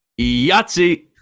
Yahtzee